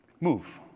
move